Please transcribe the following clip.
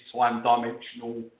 time-dimensional